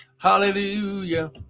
Hallelujah